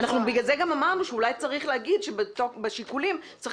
לכן אמרנו שאולי צריך להגיד שבשיקולים צריך